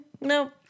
No